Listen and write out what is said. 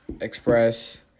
express